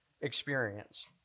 experience